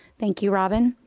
thank you, robin.